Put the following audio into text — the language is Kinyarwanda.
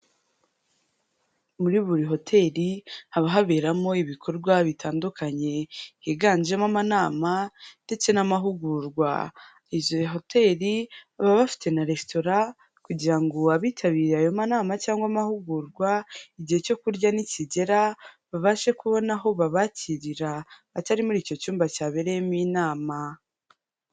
Muri buri hoteli haba haberamo ibikorwa bitandukanye, higanjemo amanama, ndetse n'amahugurwa. Izo hoteli baba bafite na resitora kugira ngo abitabiriye ayo manama cyangwa amahugurwa, igihe cyo kurya nikigera, babashe kubona aho babakirira atari muri icyo cyumba cyabereyemo inama.